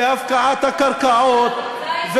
והפקעת הקרקעות,